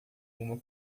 uma